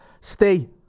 stay